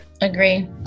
Agree